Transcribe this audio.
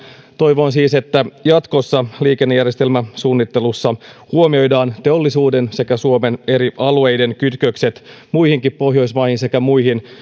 toivon siis että jatkossa liikennejärjestelmäsuunnittelussa huomioidaan teollisuuden sekä suomen eri alueiden kytkökset muihinkin pohjoismaihin sekä muihin